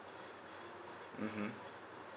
mmhmm